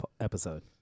episode